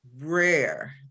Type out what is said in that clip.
rare